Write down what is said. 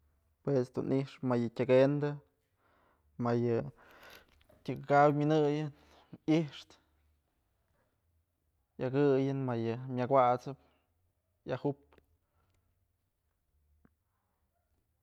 Jue ëch dun i'ixpë mayë tyëkëndë, mayë tyëkaw mynëyën, i'ixtë, akëyën mayë myak awat'sëp, yajup.